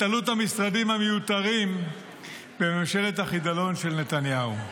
עלות המשרדים המיותרים בממשלת החידלון של נתניהו: